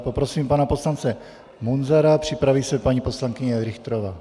Poprosím pana poslance Munzara, připraví se paní poslankyně Richterová.